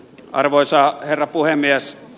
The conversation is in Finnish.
arvoisa herra puhemies